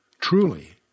truly